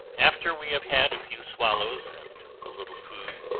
after we have had a few swallows and a little food,